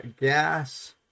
gas